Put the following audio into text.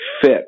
fit